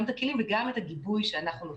גם את הכלים וגם את הגיבוי שאנחנו נותנים.